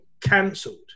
cancelled